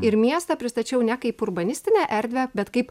ir miestą pristačiau ne kaip urbanistinę erdvę bet kaip